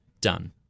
done